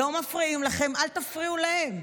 לא מפריעים לכם, אל תפריעו להם.